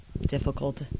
difficult